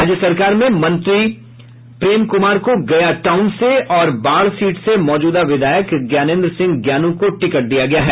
राज्य सरकार में मंत्री प्रेम कुमार को गया टाउन से और बाढ़ सीट से मौजूदा विधायक ज्ञानेंद्र सिंह ज्ञानू को टिकट दिया गया है